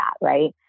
right